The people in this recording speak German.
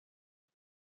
ich